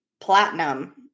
platinum